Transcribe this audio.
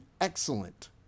excellent